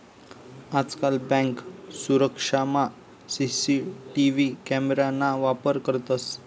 आजकाल बँक सुरक्षामा CCTV camera ना वापर करतंस